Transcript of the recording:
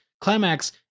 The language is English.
Climax